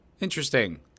interesting